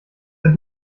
der